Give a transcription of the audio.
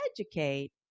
educate